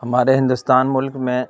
ہمارے ہندوستان ملک میں